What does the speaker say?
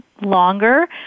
longer